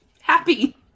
happy